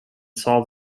solve